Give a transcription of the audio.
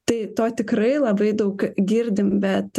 tai to tikrai labai daug girdim bet